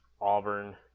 Auburn